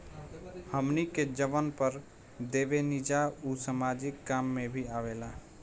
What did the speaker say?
हमनी के जवन कर देवेनिजा उ सामाजिक काम में भी आवेला